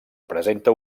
presenta